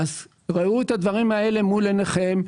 ראו את הדברים האלה מול עיניכם.